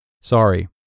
Sorry